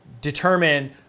determine